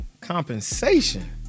compensation